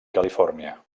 califòrnia